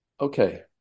Okay